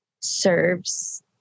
serves